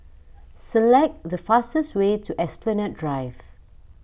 select the fastest way to Esplanade Drive